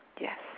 Yes